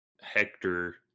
Hector